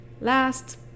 Last